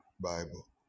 bible